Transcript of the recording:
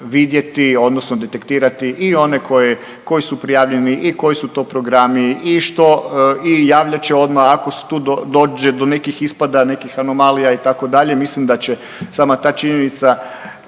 odnosno detektirati i one koji su prijavljeni i koji su to programi i javljat će odmah ako tu dođe do nekih ispada, nekih anomalija itd. mislim da će sama ta činjenica